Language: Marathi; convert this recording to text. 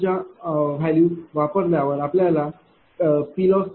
0042। 0